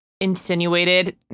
insinuated